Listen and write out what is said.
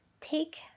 Take